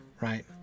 Right